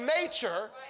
nature